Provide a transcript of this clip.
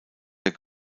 der